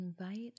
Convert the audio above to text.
Invite